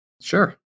Sure